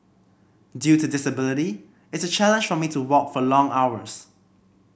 due to disability it's a challenge for me to walk for long hours